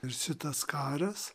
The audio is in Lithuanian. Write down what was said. ir šitas karas